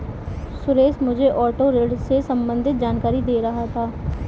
सुरेश मुझे ऑटो ऋण से संबंधित जानकारी दे रहा था